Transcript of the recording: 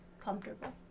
comfortable